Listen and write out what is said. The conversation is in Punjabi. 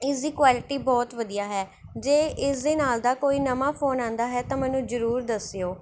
ਇਸ ਦੀ ਕੋਐਲੀਟੀ ਬਹੁਤ ਵਧੀਆ ਹੈ ਜੇ ਇਸ ਦੇ ਨਾਲ਼ ਦਾ ਕੋਈ ਨਵਾਂ ਫ਼ੋਨ ਆਉਂਦਾ ਹੈ ਤਾਂ ਮੈਨੂੰ ਜ਼ਰੂਰ ਦੱਸਿਓ